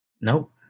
Nope